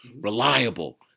reliable